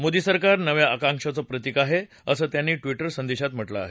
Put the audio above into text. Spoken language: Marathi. मोदी सरकार नव्या आकांक्षांच प्रतीक आहे असं त्यांनी ट्वीट करून म्हटलं आहे